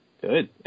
Good